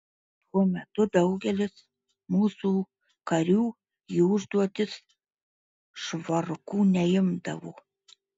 tuo metu daugelis mūsų karių į užduotis švarkų neimdavo